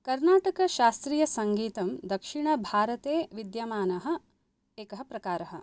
कर्णाटकशास्त्रीयसङ्गीतं दक्षिणभारते विद्यमानः एकः प्रकारः